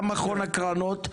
גם מכון הקרנות,